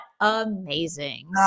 amazing